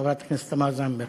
חברת הכנסת תמר זנדברג.